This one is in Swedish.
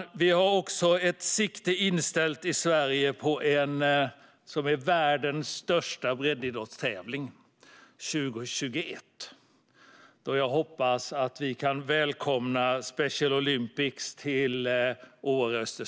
I Sverige har vi också siktet inställt på 2021, då jag hoppas att vi kan välkomna det som är världens största breddidrottstävling, Special Olympics,